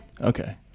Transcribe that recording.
Okay